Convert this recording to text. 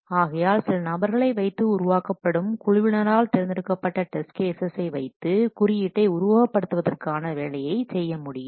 ஆகையால் சில நபர்களை வைத்து உருவாக்கப்படும் குழுவினால் தேர்ந்தெடுக்கப்பட்ட டெஸ்ட் கேசஸ் சை வைத்து குறியீட்டை உருவகப்படுத்துவதற்கான வேலையை செய்ய முடியும்